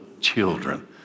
children